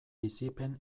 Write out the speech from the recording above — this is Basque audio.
bizipen